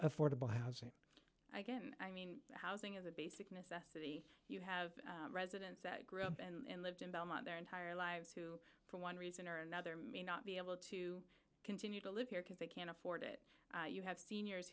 affordable housing i can i mean housing is a basic necessity you have residents that grew up and lived in belmont their entire lives who for one reason or another may not be able to continue to live here because they can't afford it you have seniors